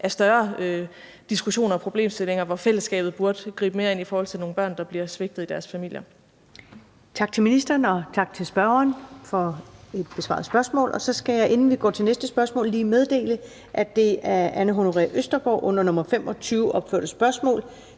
er større diskussioner og problemstillinger, hvor fællesskabet burde gribe mere ind, i forhold til nogle børn der bliver svigtet i deres familier. Kl. 14:29 Første næstformand (Karen Ellemann): Tak til ministeren, og tak til spørgeren for spørgsmålet. Så skal jeg, inden vi går til næste spørgsmål, lige meddele, at det af Anne Honoré Østergaard under nr. 25 opførte spørgsmål